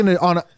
on